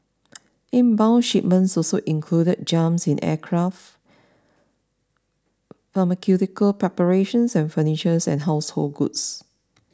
inbound shipments also included jumps in aircraft pharmaceutical preparations and furnitures and household goods